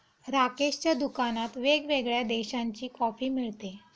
राकेशच्या दुकानात वेगवेगळ्या देशांची कॉफी मिळते